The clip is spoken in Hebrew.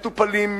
מטופלים,